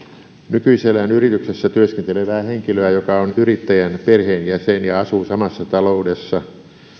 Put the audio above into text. nykyisellään yrityksessä työskentelevää henkilöä joka on yrittäjän perheenjäsen ja asuu samassa taloudessa